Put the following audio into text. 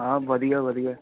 ਹਾਂ ਵਧੀਆ ਵਧੀਆ